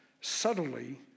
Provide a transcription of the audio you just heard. subtly